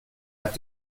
hat